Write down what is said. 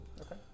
Okay